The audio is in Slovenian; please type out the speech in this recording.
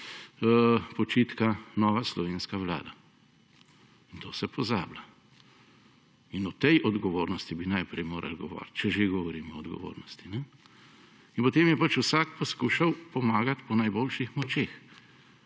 počitka, nova slovenska vlada. In na to se pozablja. O tej odgovornosti bi najprej morali govoriti, če že govorimo o odgovornosti. In potem je pač vsak poskušal pomagati po najboljših močeh,